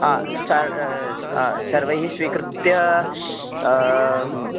हा स्टार् हा सर्वैः स्वीकृत्य आम्